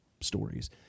stories